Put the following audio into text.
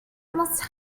must